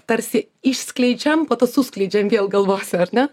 tarsi išskleidžiam po to suskleidžiam vėl galvose ar ne